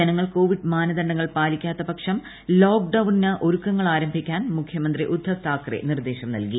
ജനങ്ങൾ കോവിഡ് മാനദണ്ഡങ്ങൾ പാലിക്കാത്ത പക്ഷം ലോക്ഡൌണിന് ഒരുക്കങ്ങൾ ആരംഭിക്കാൻ മുഖ്യമന്ത്രി ഉദ്ധവ് താക്കറെ നിർദ്ദേശം നൽകി